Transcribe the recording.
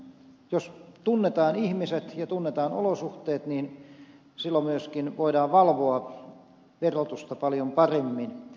jos tunnetaan ihmiset ja tunnetaan olosuhteet niin silloin myöskin voidaan valvoa verotusta paljon paremmin